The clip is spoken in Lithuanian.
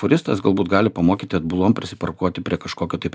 furistas galbūt gali pamokyti atbulom prisiparkuoti prie kažkokio taip